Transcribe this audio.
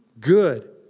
good